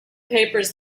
papers